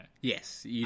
Yes